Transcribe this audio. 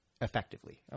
Effectively